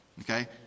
okay